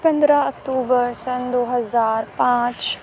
پندرہ اکتوبر سن دو ہزار پانچ